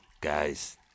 Guys